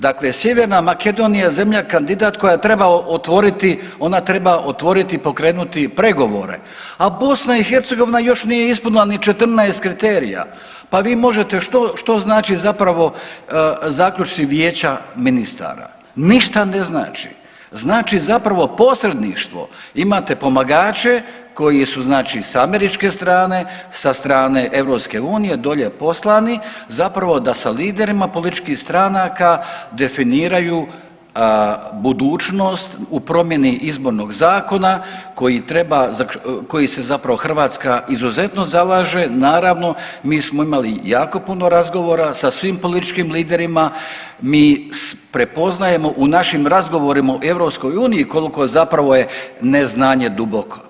Dakle, Sjeverna Makedonija je zemlja, kandidat koja treba otvoriti, ona treba otvoriti i pokrenuti pregovore, a BiH još nije ispunila ni 14 kriterija, pa vi možete što, što znači zapravo zaključci vijeća ministara, ništa ne znači, znači zapravo posredništvo, imate pomagače koji su znači s američke strane, sa strane EU dolje poslani zapravo da sa liderima političkih stranaka definiraju budućnost u promjeni izbornog zakona koji treba, koji se zapravo Hrvatska izuzetno zalaže, naravno mi smo imali jako puno razgovora sa svim političkim liderima, mi prepoznajemo u našim razgovorima o EU koliko zapravo je neznanje duboku.